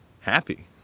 happy